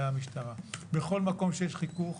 בכל מקום שיש חיכוך,